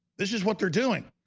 this is what they're doing